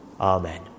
Amen